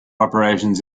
operations